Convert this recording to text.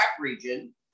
region